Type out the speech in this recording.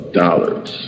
dollars